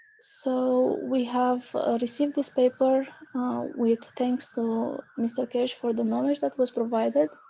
so, we have received this paper with thanks to mr. keshe for the knowledge that was provided.